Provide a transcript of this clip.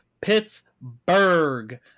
Pittsburgh